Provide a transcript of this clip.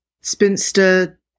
spinster